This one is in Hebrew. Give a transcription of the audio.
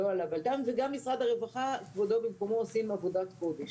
גם משרד הרווחה, כבודו במקומו - עושים עבודת קודש.